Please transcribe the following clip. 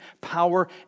power